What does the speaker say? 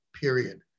period